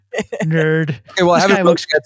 nerd